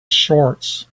shorts